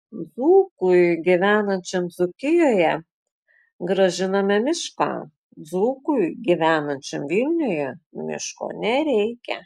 dzūkui gyvenančiam dzūkijoje grąžiname mišką dzūkui gyvenančiam vilniuje miško nereikia